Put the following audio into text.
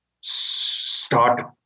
start